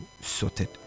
sorted